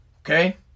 Okay